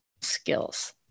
skills